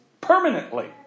Permanently